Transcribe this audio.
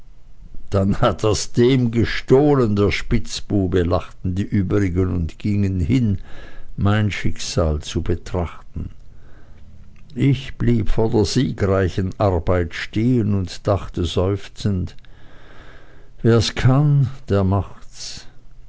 dann hat er's dem gestohlen der spitzbube lachten die übrigen und gingen hin mein schicksal zu betrachten ich blieb vor der siegreichen arbeit stehen und dachte seufzend wer's kann der macht's